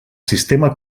sistema